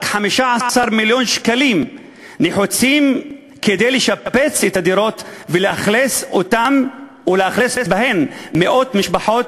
רק 15 מיליון שקלים נחוצים כדי לשפץ את הדירות ולאכלס בהן מאות משפחות.